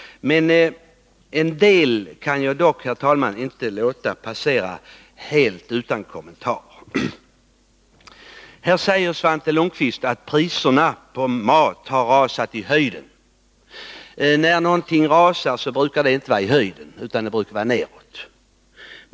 En del kan jag dock, herr talman, inte låta passera helt utan kommentarer. Svante Lundkvist säger att priserna på mat har rasat i höjden. När någonting rasar, brukar det inte vara i höjden, utan nedåt.